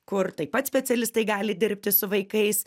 kur taip pat specialistai gali dirbti su vaikais